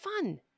fun